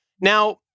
Now